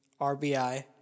RBI